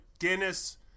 guinness